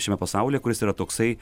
šiame pasaulyje kuris yra toksai